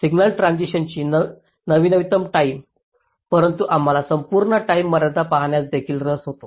signal ट्रान्सिशन्सची नवीनतम time परंतु आम्हाला संपूर्ण टाईम मर्यादा पाहण्यास देखील रस होता